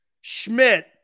Schmidt